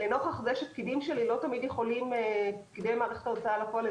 לנוכח זה שפקידי מערכת ההוצאה לפועל לא יכולים